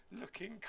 looking